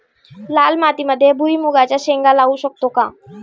लाल मातीमध्ये भुईमुगाच्या शेंगा लावू शकतो का?